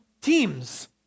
teams